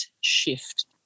shift